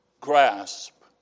grasp